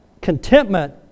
contentment